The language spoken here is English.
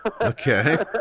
Okay